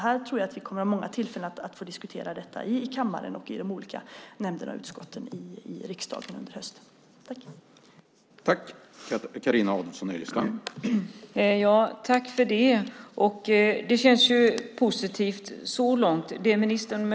Jag tror att vi under hösten här i kammaren och i de olika nämnderna och utskotten i riksdagen kommer att ha många tillfällen att diskutera detta.